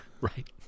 Right